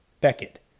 Beckett